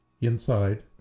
Inside